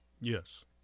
Yes